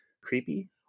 Creepy